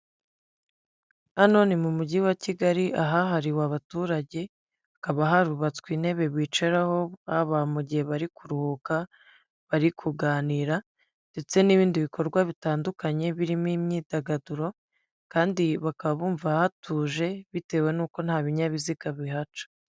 Aha ni mu mujyi wa Kigali ahahariwe abaturage hakaba harubatswe intebe bicaraho, haba mu gihe bari kuruhuka, bari kuganira ndetse n'ibindi bikorwa bitandukanye birimo imyidagaduro, kandi bakaba bumva hatuje bitewe n'uko nta binyabiziga bihaca.